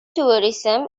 tourism